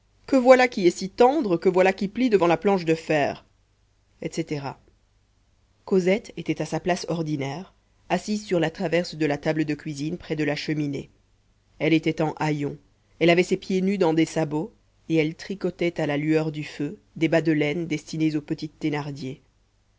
que voilà qui est si tendre que voilà qui plie devant la planche de fer etc cosette était à sa place ordinaire assise sur la traverse de la table de cuisine près de la cheminée elle était en haillons elle avait ses pieds nus dans des sabots et elle tricotait à la lueur du feu des bas de laine destinés aux petites thénardier